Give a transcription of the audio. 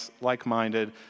like-minded